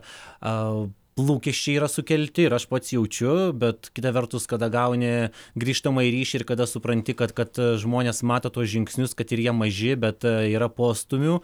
a lūkesčiai yra sukelti ir aš pats jaučiu bet kita vertus kada gauni grįžtamąjį ryšį ir kada supranti kad kad žmonės mato tuos žingsnius kad ir jie maži bet yra postūmių